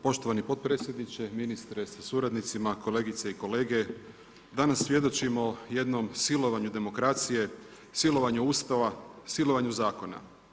Poštovani potpredsjedniče, ministre sa suradnicima, kolegice i kolege, danas svjedočimo jednom silovanju demokracije, silovanju Ustava, silovanju zakona.